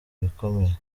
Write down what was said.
bikomeye